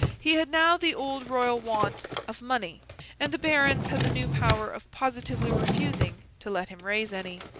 he had now the old royal want of money and the barons had the new power of positively refusing to let him raise any.